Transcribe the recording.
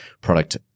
product